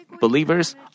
believers